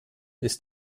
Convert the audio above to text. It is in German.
ist